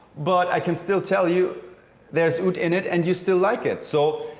but i can still tell you there's oud in it and you still like it. so,